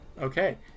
Okay